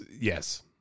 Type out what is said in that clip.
yes